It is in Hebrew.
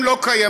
הם לא קיימים.